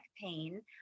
pain